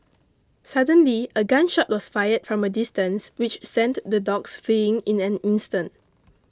suddenly a gun shot was fired from a distance which sent the dogs fleeing in an instant